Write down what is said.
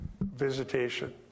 Visitation